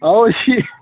आओ